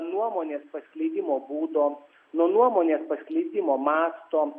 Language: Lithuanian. nuomonės paskleidimo būdo nuo nuomonės pateikimo masto